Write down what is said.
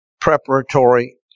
preparatory